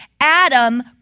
Adam